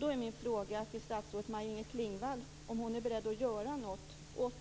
Min fråga till statsrådet Maj-Inger Klingvall är om hon är beredd att göra något åt